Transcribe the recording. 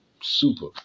super